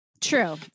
true